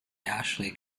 ashley